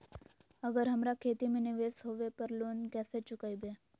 अगर हमरा खेती में निवेस होवे पर लोन कैसे चुकाइबे?